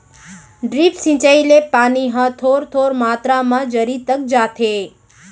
drip सिंचई ले पानी ह थोर थोर मातरा म जरी तक जाथे